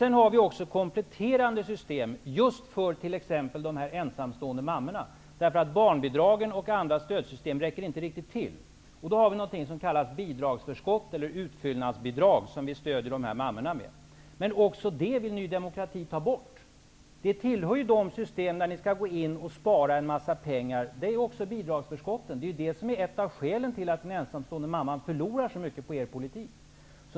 Vi har också kompletterande system, just för de här ensamstående mammorna, därför att barn bidragen och andra stödsystem inte räcker riktigt till. Vi har bidragsförskott, eller utfyllnadsbidrag, som vi stöder dessa mammor med. Även dessa bi drag vill Ny demokrati ta bort. De tillhör de sy stem, där ni vill spara in en massa pengar. Det gäl ler även bidragsförskotten. Och det är ett av skä len till att den ensamstående mamman förlorar så mycket på er politik.